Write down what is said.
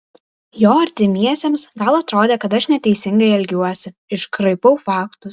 jo artimiesiems gal atrodė kad aš neteisingai elgiuosi iškraipau faktus